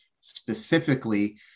specifically